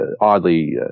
oddly